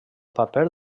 paper